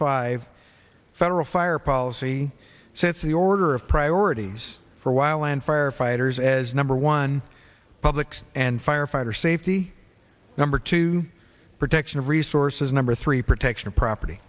five federal fire policy since the order of priorities for a while and firefighters as number one publics and firefighter safety number two protection of resources number three protection of property